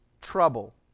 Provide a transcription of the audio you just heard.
trouble